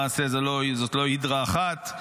למעשה זאת לא הידרה אחת,